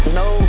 no